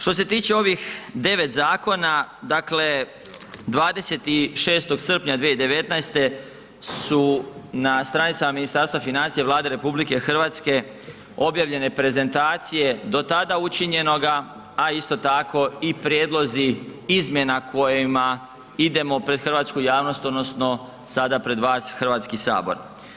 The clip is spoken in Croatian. Što se tiče ovih 9 zakona, dakle 26. srpnja 2019. su na stranicama Ministarstva financija Vlade RH objavljene prezentacije do tada učinjenoga a isto tako i prijedlozi izmjena kojima idemo pred hrvatsku javnost odnosno sada pred vas, Hrvatski sabor.